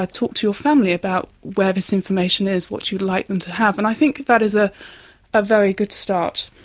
talk to your family about where this information is, what you'd like them to have. and i think that is a ah very good start.